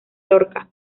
lorca